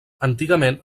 antigament